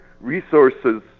resources